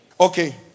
Okay